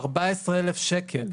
14,000 שקלים.